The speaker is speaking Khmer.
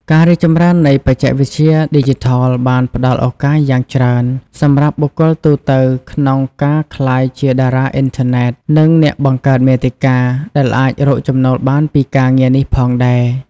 ការរីកចម្រើននៃបច្ចេកវិទ្យាឌីជីថលបានផ្តល់ឱកាសយ៉ាងច្រើនសម្រាប់បុគ្គលទូទៅក្នុងការក្លាយជាតារាអុីនធឺណិត និងអ្នកបង្កើតមាតិកា ដែលអាចរកចំណូលបានពីការងារនេះផងដែរ។